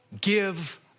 give